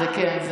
כן.